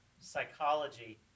psychology